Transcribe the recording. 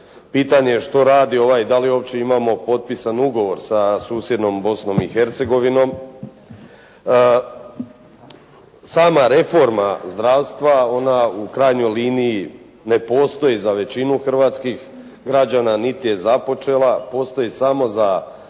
Pitanje što radi ovaj, da li uopće imamo potpisan ugovor sa susjednom Bosnom i Hercegovinom. Sama reforma zdravstva ona u krajnjoj liniji ne postoji za većinu hrvatskih građana, niti je započela. Postoji samo za